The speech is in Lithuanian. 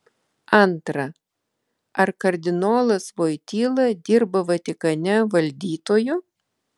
antra ar kardinolas voityla dirba vatikane valdytoju